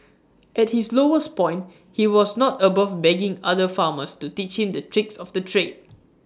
at his lowest point he was not above begging other farmers to teach him the tricks of the trade